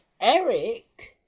Eric